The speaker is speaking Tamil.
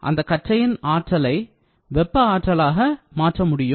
அந்தக் கற்றையின் ஆற்றலை வெப்ப ஆற்றலாக மாற்றலாம்